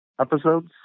episodes